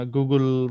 Google